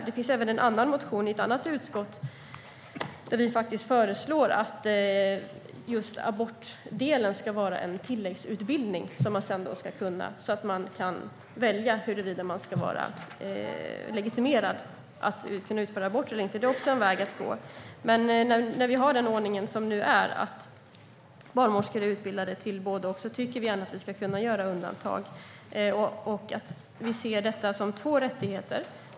Det finns en annan motion i ett annat utskott där vi faktiskt föreslår att just abortdelen ska vara en tilläggsutbildning, så att man kan välja huruvida man ska vara legitimerad för att kunna utföra aborter eller inte. Det är också en väg att gå. Men när vi har den ordning som nu är, att barnmorskor är utbildade till både och, tycker vi att vi ska kunna göra undantag. Vi ser detta som två rättigheter.